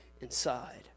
inside